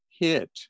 hit